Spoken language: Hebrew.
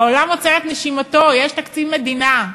העולם עוצר את נשימתו, יש תקציב מדינה.